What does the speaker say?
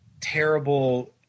terrible